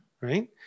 right